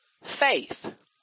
faith